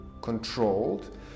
controlled